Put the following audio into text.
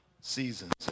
Seasons